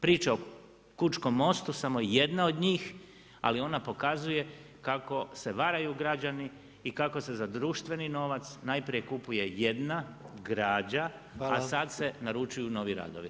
Priča o Kučkom mostu samo je jedna od njih, ali ona pokazuje kako se varaju građani i kako se za društveni novac najprije kupuje jedna građa, a sada se naručuju novi radovi.